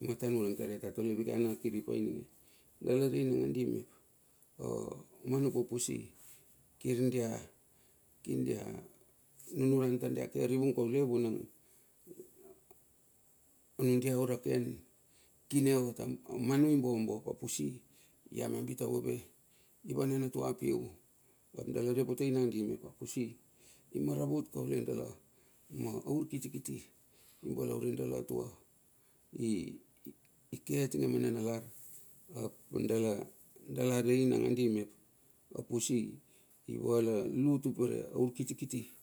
Matan vuna tar ia ta tole vike ana kiripa ininge. Dala rei nangadi mep omanu apusi. Kirdia, kirdia nunuran tar dia ke arivung kaule vunang, anudia ura ken kine ot. O manu i mombo a pusi iamambit avove, ivanan atua piu. Ap dala re potei nandi mep a pusi, imaravut kaule dala, ma urkitikiti ibalaure dala tua. Ike atinge ma nanalar, ap dala rei nangadi mep, a pusi i vala lu tupere aur kitikiti. lar tar la vambilak atinge ma nanalar